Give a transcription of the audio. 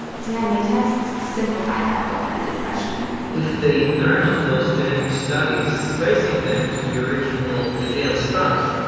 dna tests simplify that open-ended question if they learn of those genetic studies tracing them to the original judaism stuff,